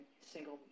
single